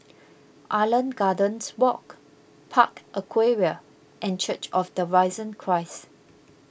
Island Gardens Walk Park Aquaria and Church of the Risen Christ